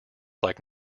like